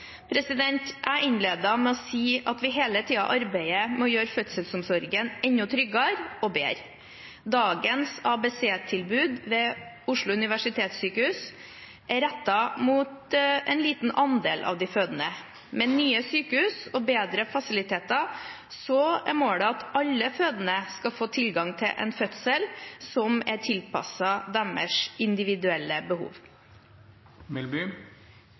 Jeg innledet med å si at vi hele tiden arbeider med å gjøre fødselsomsorgen enda tryggere og bedre. Dagens ABC-tilbud ved Oslo universitetssykehus er rettet mot en liten andel av de fødende. Med nye sykehus og bedre fasiliteter er målet at alle fødende skal få tilgang til en fødsel som er tilpasset deres individuelle